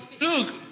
look